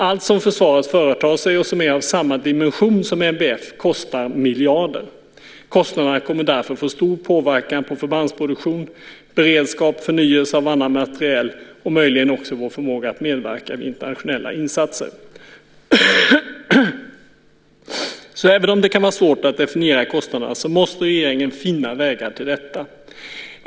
Allt som försvaret företar sig och som är av samma dimension som NBF kostar miljarder. Kostnaderna kommer därför att få stor påverkan på förbandsproduktion, beredskap, förnyelse av annan materiel och möjligen också vår förmåga att medverka vid internationella insatser. Även om det kan vara svårt att definiera kostnaderna så måste regeringen finna vägar till detta.